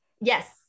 yes